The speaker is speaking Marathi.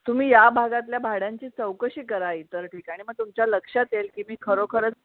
तुम्ही या भागातल्या भाड्यांची चौकशी करा इतर ठिकाणी मग तुमच्या लक्षात येईल की मी खरोखरच